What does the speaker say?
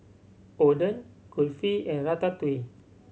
Oden Kulfi and Ratatouille